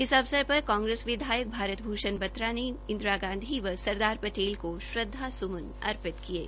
इस अवसर पर कांग्रेस विधायक भारत भूषण बत्रा ने इंदिरा गांधी व सरदार पटेल को श्रद्वास्मन अर्पित किये